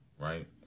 right